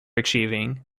achieving